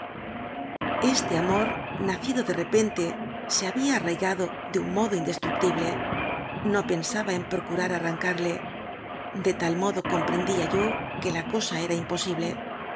este amor nacido de repente se había arrai gado de un modo indestructible no pensaba en procurar arrancarle de tal modo comprendía yo que la cosa era imposible